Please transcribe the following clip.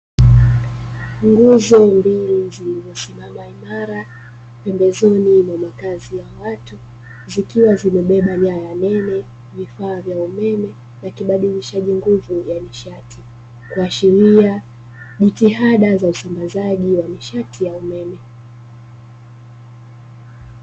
Nguzo mbili zilizosimama imara pembezoni mwa makazi ya watu, zikiwa zimebeba nyaya nene vifaa vya umeme na kibadirishaji nguvu cha nishati, kuashiria jitihada za usambazaji wa nishati ya umeme.